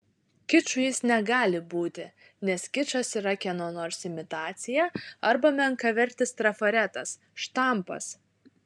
kiču jis negali būti nes kičas yra kieno nors imitacija arba menkavertis trafaretas štampas